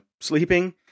sleeping